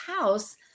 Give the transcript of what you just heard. house